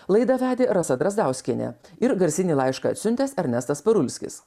laidą vedė rasa drazdauskienė ir garsinį laišką atsiuntęs ernestas parulskis